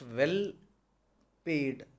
well-paid